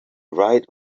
right